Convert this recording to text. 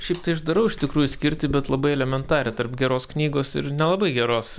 šiaip tai aš darau iš tikrųjų skirtį bet labai elementarią tarp geros knygos ir nelabai geros